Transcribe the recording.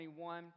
21